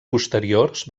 posteriors